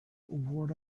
what